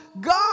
God